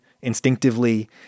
instinctively